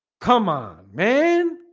come on man